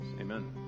Amen